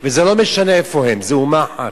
וזה לא משנה איפה הם, זו אומה אחת,